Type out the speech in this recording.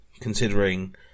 considering